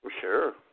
Sure